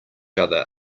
other